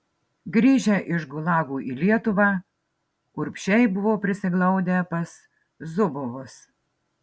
grįžę iš gulagų į lietuvą urbšiai buvo prisiglaudę pas zubovus